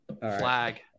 flag